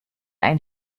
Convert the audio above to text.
ein